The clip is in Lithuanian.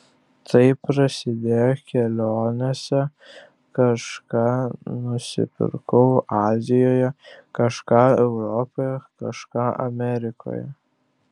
tai prasidėjo kelionėse kažką nusipirkau azijoje kažką europoje kažką amerikoje